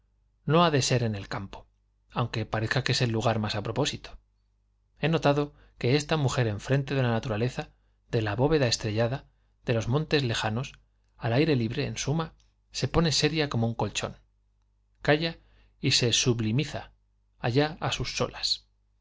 no ha de ser en el campo aunque parece que es el lugar más a propósito he notado que esta mujer enfrente de la naturaleza de la bóveda estrellada de los montes lejanos al aire libre en suma se pone seria como un colchón calla y se sublimiza allá a sus solas